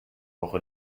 woche